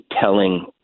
telling